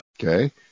Okay